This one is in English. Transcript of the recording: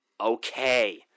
Okay